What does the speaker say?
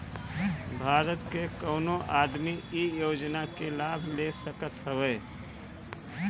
भारत के कवनो आदमी इ योजना के लाभ ले सकत हवे